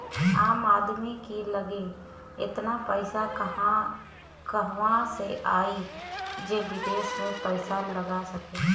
आम आदमी की लगे एतना पईसा कहवा से आई जे विदेश में पईसा लगा सके